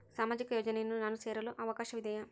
ಸಾಮಾಜಿಕ ಯೋಜನೆಯನ್ನು ನಾನು ಸೇರಲು ಅವಕಾಶವಿದೆಯಾ?